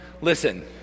Listen